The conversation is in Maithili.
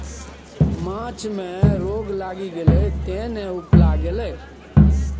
माछ मे रोग लागि गेलै तें ने उपला गेलै